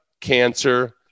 cancer